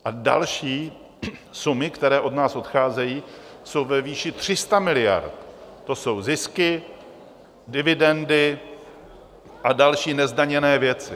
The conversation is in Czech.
A další sumy, které od nás odcházejí, jsou ve výši 300 miliard, to jsou zisky, dividendy a další nezdaněné věci.